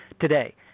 today